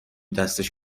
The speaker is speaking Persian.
دستش